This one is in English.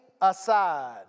aside